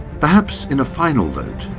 perhaps in a final vote,